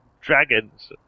dragons